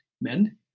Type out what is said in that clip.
men